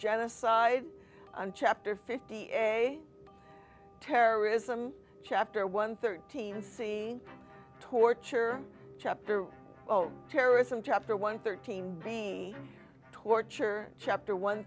genocide and chapter fifty terrorism chapter one thirteen see torture chapter oh terrorism chapter one thirteen be torture chapter one